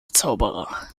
zauberer